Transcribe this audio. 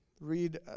read